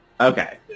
Okay